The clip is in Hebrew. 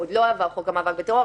עוד לא עבר חוק המאבק בטרור,